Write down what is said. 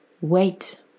wait